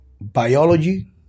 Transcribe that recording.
biology